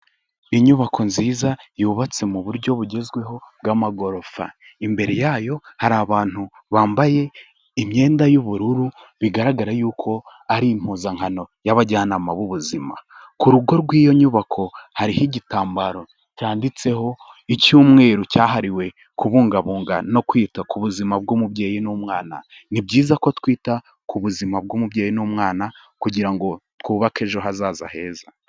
Inyubako nziza yubatse mu buryo bugezweho bw'amagorofa. Imbere yayo hari abantu bambaye imyenda y'ubururu, bigaragara yuko ari impuzankano y'abajyanama b'ubuzima. Ku rugo rw'iyo nyubako hariho igitambaro cyanditseho icyumweru cyahariwe kubungabunga no kwita ku buzima bw'umubyeyi n'umwana. Ni byiza ko twita ku buzima bw'umubyeyi n'umwana kugira ngo twubake ejo hazaza heza.